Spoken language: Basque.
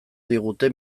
digute